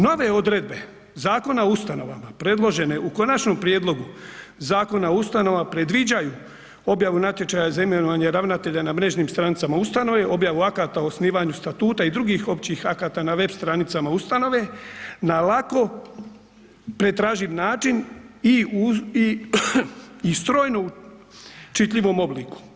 Nove odredbe Zakona o ustanovama predložene u Konačnom prijedlogu Zakona o ustanovama predviđaju objavu natječaja za imenovanje ravnatelja na mrežnim stranicama ustanove, objavu akata o osnivanju statuta i drugih općih akata na web stranicama ustanove na lako pretraživ način i u strojno čitljivom obliku.